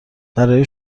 برای